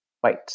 white